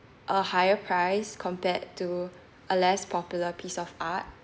a higher price compared to a less popular piece of art